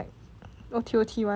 O_T_O_T [one]